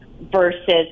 versus